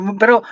pero